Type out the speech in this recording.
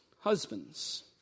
husbands